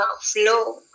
flow